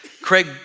Craig